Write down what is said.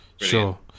sure